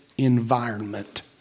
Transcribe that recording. environment